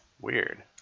Weird